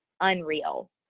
unreal